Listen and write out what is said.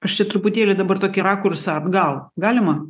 aš čia truputėlį dabar tokį rakursą atgal galima